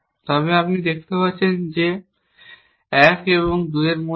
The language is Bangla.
তবে আপনি দেখতে পাচ্ছেন যে 1 এবং 2 এর মধ্যে